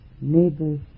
neighbors